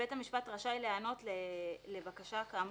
(ב)בית המשפט רשאי להיענות לבקשה כאמור